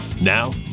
Now